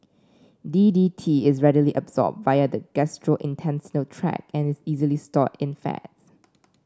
D D T is readily absorbed via the gastrointestinal tract and is easily stored in fats